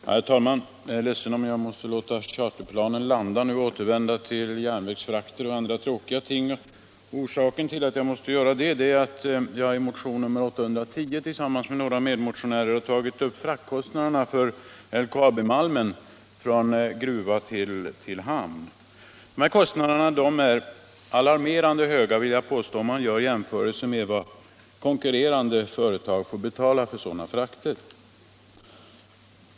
Herr talman! Jag är ledsen om jag måste låta charterplanen landa nu för att återvända till järnvägsfrakter och andra tråkiga ting. Orsaken till att jag måste göra det är att jag i motionen 810 tillsammans med några medmotionärer har tagit upp frågan om fraktkostnaderna för LKAB-malmen från gruva till hamn. Dessa kostnader är alarmerande höga, vill jag påstå, om man jämför dem med vad konkurrerande företag får betala för sådana frakter.